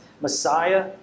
Messiah